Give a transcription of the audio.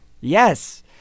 Yes